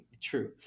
True